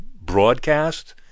broadcast